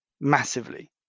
massively